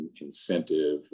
incentive